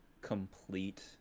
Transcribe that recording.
complete